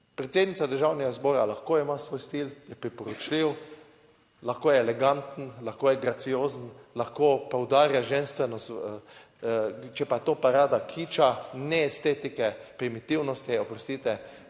Predsednica Državnega zbora, lahko ima svoj stil, je priporočljiv. Lahko je eleganten, lahko je graciozen, lahko poudarja ženstvenost. Če pa je to parada kiča, ne estetike, primitivnosti, oprostite,